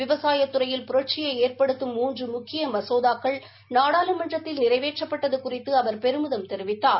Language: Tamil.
விவசாய துறையில் புரட்சியை ஏற்படுத்தும் மூன்று முக்கிய மசோதாக்கள் நாடாளுமன்றத்தில் நிறைவேற்றப்பட்டது குறித்து அவர் பெருமிதம் தெரிவித்தார்